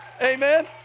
Amen